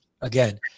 again